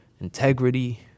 integrity